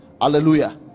hallelujah